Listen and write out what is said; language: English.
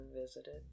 visited